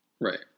Right